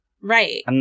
Right